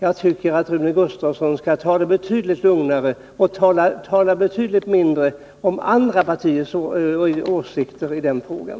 Jag tycker att Rune Gustavsson skall ta det betydligt lugnare och tala betydligt mindre om andra partiers åsikter i den frågan.